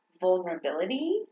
vulnerability